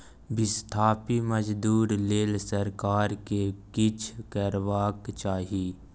बिस्थापित मजदूर लेल सरकार केँ किछ करबाक चाही